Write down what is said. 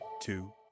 two